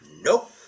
Nope